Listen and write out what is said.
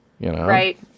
Right